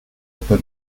upper